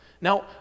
Now